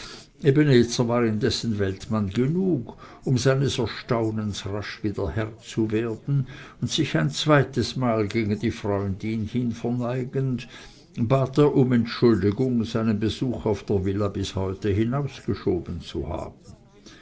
war indessen weltmann genug um seines erstaunens rasch wieder herr zu werden und sich ein zweites mal gegen die freundin hin verneigend bat er um entschuldigung seinen besuch auf der villa bis heute hinausgeschoben zu haben